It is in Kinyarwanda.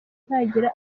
ntagira